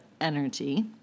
energy